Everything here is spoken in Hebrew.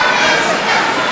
כל הכנסת.